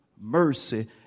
mercy